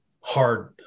hard